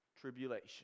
tribulation